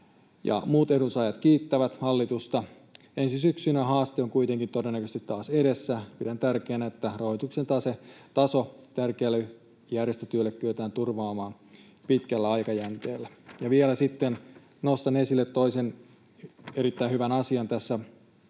muut edunsaajat kiittävät hallitusta. Ensi syksynä haaste on kuitenkin todennäköisesti taas edessä. Pidän tärkeänä, että rahoituksen taso tärkeälle järjestötyölle kyetään turvaamaan pitkällä aikajänteellä. Vielä nostan esille toisen erittäin hyvän asian tässä